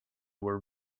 were